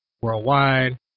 worldwide